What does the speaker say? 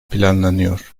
planlanıyor